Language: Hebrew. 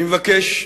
אני מבקש,